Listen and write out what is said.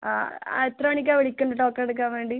ആ എത്ര മണിക്കാണ് വിളിക്കേണ്ടത് ടോക്കൺ എടുക്കാൻ വേണ്ടി